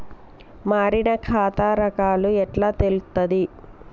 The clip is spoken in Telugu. మారిన ఖాతా రకాలు ఎట్లా తెలుత్తది?